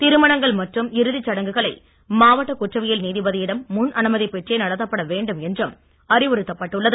திருமணங்கள் மற்றும் இறுதிச் சடங்குகளை மாவட்ட குற்றவியல் நீதிபதியிடம் முன் அனுமதி பெற்றே நடத்தப்பட வேண்டும் என்றும் அறிவுறுத்தப்பட்டுள்ளது